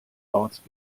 thoughts